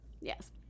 Yes